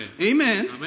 Amen